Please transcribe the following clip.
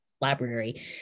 library